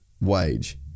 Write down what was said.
wage